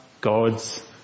God's